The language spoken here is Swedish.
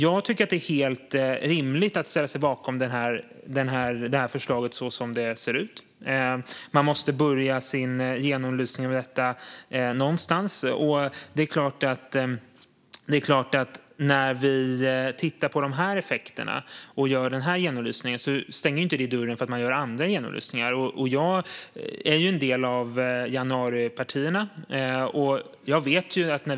Jag tycker att det är helt rimligt att ställa sig bakom förslaget sådant det ser ut. Man måste börja sin genomlysning av detta någonstans, och även om vi tittar på just de här effekterna och gör genomlysningen på det området stänger det inte dörren för andra genomlysningar. Jag är en del av januaripartierna.